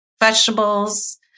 vegetables